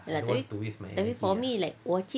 then for me like